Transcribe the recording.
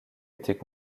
étaient